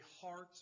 heart